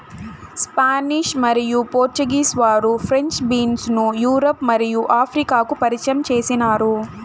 Spanish మరియు Portuguese వారు French beans ను యూరప్ మరియు ఆఫ్రికాకు పరిచయం చేసినారు